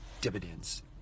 dividends